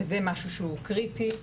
וזה משהו שהוא קריטי,